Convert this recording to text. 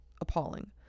appalling